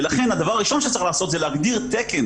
ולכן הדבר הראשון שצריך לעשות זה להגדיר תקן